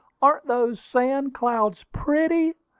aren't those sand clouds pretty?